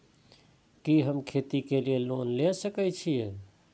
कि हम खेती के लिऐ लोन ले सके छी?